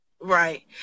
Right